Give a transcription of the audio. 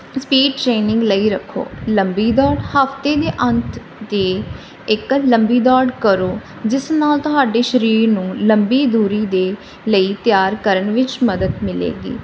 speed training ਲਈ ਰੱਖੋ ਲੰਬੀ ਦੌੜ ਹਫ਼ਤੇ ਦੇ ਅੰਤ ਦੇ ਇੱਕ ਲੰਬੀ ਦੌੜ ਕਰੋ ਜਿਸ ਨਾਲ ਤੁਹਾਡੇ ਸਰੀਰ ਨੂੰ ਲੰਬੀ ਦੂਰੀ ਦੇ ਲਈ ਤਿਆਰ ਕਰਨ ਵਿੱਚ ਮਦਦ ਮਿਲੇਗੀ